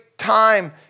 time